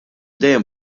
dejjem